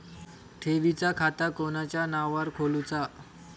ठेवीचा खाता कोणाच्या नावार खोलूचा?